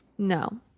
No